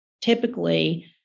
Typically